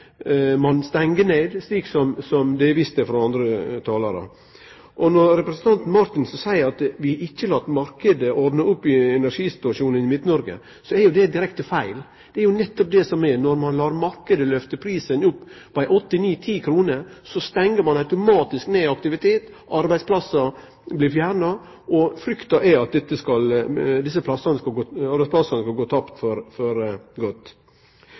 ein stengjer ned, slik som det er vist til frå andre talarar. Når representanten Marthinsen seier at vi ikkje har late marknaden ordne opp i energisituasjonen i Midt-Noreg, så er jo det direkte feil. Det er jo nettopp det som skjer når ein lèt marknaden lyfte prisen opp til 8–10 kr. Då stengjer ein automatisk ned aktivitet, arbeidsplassar blir fjerna, og frykta er at desse arbeidsplassane skal gå tapt for godt. Eg høyrer representanten Snorre Serigstad Valen står fram som lite bekymra for